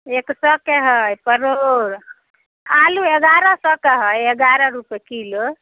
एक सओके हइ परोड़ आलू एगारह सओके हइ एगारह रुपैए किलो